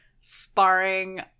sparring